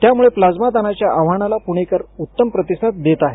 त्यामुळे प्लझ्मा दानाच्या अहवानाला पुणेकरांनी उत्तम प्रतिसाद देत आहेत